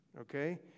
Okay